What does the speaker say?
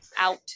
out